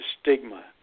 stigma